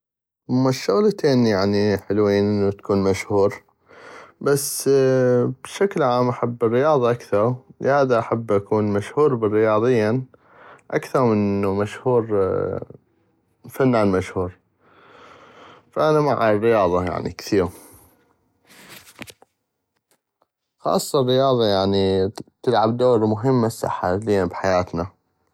هما الشغلتين يعني حلوين تكون مشهور بس بشكل عام احب الرياضة اكثغ لهذا احب اكون مشهور برياضيا اكثغ من انو مشهور فنان مشهور فانا مع الرياضة كثيغ خاصة الرياضة يعني تلعب دور مهم حاليا بحياتنا